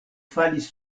falis